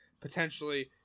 Potentially